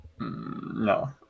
No